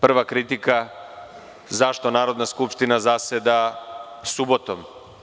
Prva kritika - zašto Narodna skupština zaseda subotom?